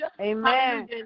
Amen